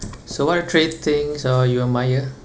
so what are three things uh you admire